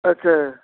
अच्छा